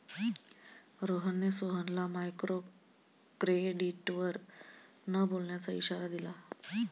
रोहनने सोहनला मायक्रोक्रेडिटवर न बोलण्याचा इशारा दिला